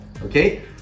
Okay